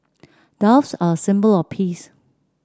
doves are a symbol of peace